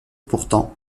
pourtant